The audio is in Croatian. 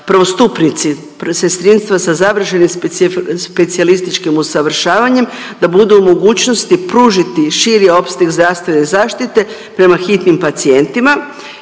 prvostupnici sestrinstva sa završenim specijalističkim usavršavanjem da budu u mogućnosti pružiti širi opseg zdravstvene zaštite prema hitnim pacijentima